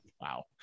wow